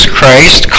Christ